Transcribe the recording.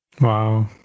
wow